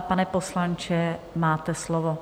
Pane poslanče, máte slovo.